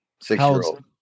Six-year-old